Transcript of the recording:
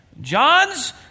john's